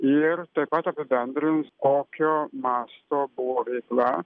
ir taip pat apibendrins kokio masto buvo veikla